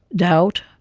doubt,